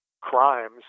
crimes